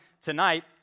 tonight